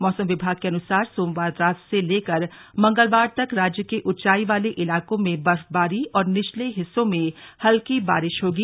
मौसम विभाग के अनुसार सोमवार रात से लेकर मंगलवार तक राज्य के ऊंचाई वाले इलाकों में बर्फबारी और निचले हिस्सों में हल्की बारिश होगी